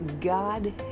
God